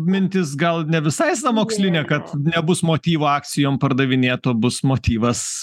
mintis gal ne visai sąmokslinė kad nebus motyvo akcijom pardavinėt o bus motyvas